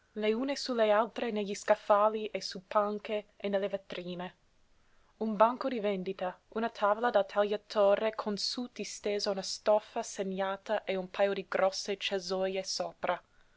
su le altre negli scaffali e su panche e nelle vetrine un banco di vendita una tavola da tagliatore con sú distesa una stoffa segnata e un pajo di grosse cesoje sopra